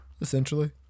essentially